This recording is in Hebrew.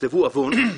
תכתבו עוון,